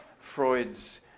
Freud's